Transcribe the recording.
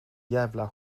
jävla